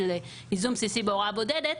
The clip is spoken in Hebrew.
שזה ייזום בסיסי בהוראה בודדת,